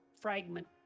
fragment